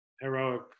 heroic